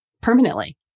permanently